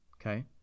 Okay